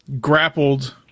grappled